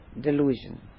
delusion